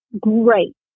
Great